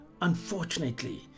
Unfortunately